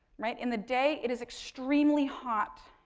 right. in the day, it is extremely hot.